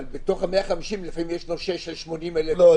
אבל בתוך ה-150 יש לפעמים נושה של 80,000. לא,